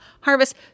Harvest